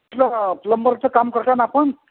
hello प्लंबरचं काम करता ना आपण